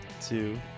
two